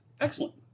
Excellent